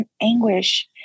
anguish